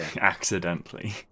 accidentally